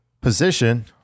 position